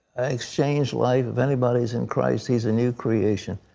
exchanged life. if anybody is in christ, he is a new creation.